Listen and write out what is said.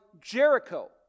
Jericho